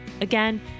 Again